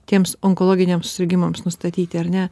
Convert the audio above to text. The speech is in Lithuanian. tiems onkologiniams susirgimams nustatyti ar ne